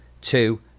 two